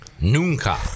Nunca